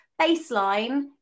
baseline